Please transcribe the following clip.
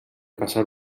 caçar